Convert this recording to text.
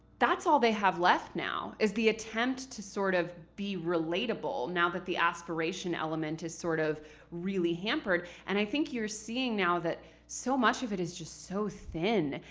that's all they have left now, is the attempt to sort of be relatable, now that the aspiration element is sort of really hampered. and i think you're seeing now that so much of it is just so thin,